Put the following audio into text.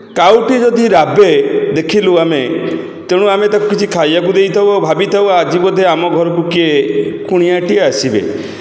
କାଉଟି ଯଦି ରାବେ ଦେଖିଲୁ ଆମେ ତେଣୁ ଆମେ ତାକୁ କିଛି ଖାଇବାକୁ ଦେଇଥାଉ ଭାବିଥାଉ ଆଜି ବୋଧେ ଆମ ଘରକୁ କିଏ କୁଣିଆଟିଏ ଆସିବେ